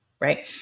right